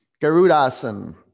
garudasan